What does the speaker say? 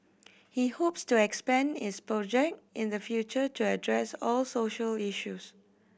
he hopes to expand his project in the future to address all social issues